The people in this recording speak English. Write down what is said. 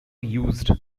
used